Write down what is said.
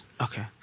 Okay